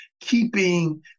keeping